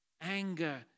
anger